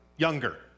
Younger